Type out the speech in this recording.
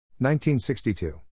1962